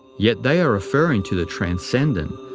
yet they are referring to the transcendent,